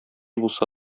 булса